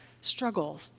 struggle